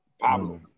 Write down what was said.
Pablo